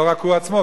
לא רק הוא עצמו,